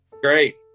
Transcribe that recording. great